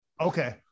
Okay